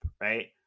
right